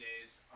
days